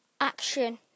action